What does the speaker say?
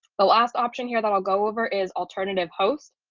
the last option here that i'll go over is alternative hosts.